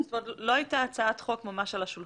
לא הייתה ממש הצעת חוק על השולחן,